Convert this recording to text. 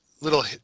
little